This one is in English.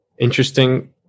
Interesting